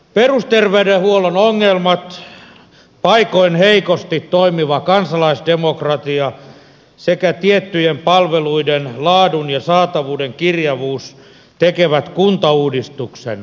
perusterveydenhuollon ongelmat paikoin heikosti toimiva kansalaisdemokratia sekä tiettyjen palveluiden laadun ja saatavuuden kirjavuus tekevät kuntauudistuksen välttämättömäksi